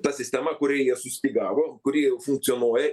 ta sistema kurią jie sustygavo kuri jau funkcionuoja